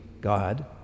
God